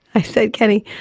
i said, kenny,